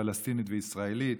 פלסטינית וישראלית,